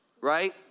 right